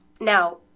Now